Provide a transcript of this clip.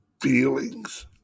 feelings